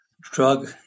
drug